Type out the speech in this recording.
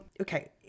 okay